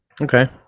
Okay